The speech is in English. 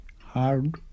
Hard